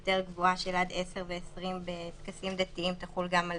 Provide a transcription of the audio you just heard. יותר גבוהה של עד עשר ו-20 בטקסים דתיים תחול גם על